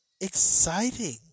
exciting